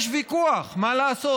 יש ויכוח, מה לעשות?